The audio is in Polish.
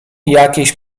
jakiejś